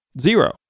Zero